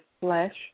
flesh